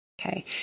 Okay